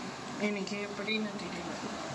எனக்கு எப்படின்னு தெரில:enaku eppadinnu therila